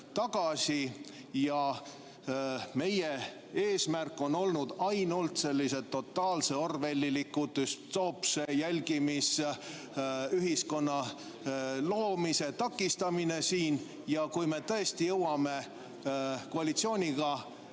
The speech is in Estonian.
tagasi. Meie eesmärk on olnud ainult sellise totaalse orwelliliku düstoopse jälgimisühiskonna loomise takistamine. Ja kui me tõesti jõuame koalitsiooniga